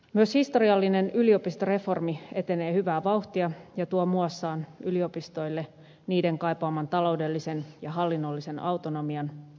myös historiallinen yliopistoreformi etenee hyvää vauhtia ja tuo muassaan yliopistoille niiden kaipaaman taloudellisen ja hallinnollisen autonomian